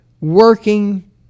working